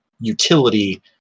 utility